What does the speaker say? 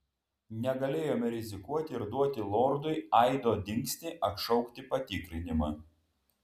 negalėjome rizikuoti ir duoti lordui aido dingstį atšaukti patikrinimą